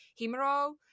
Himuro